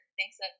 thanks